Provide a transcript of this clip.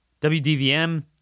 WDVM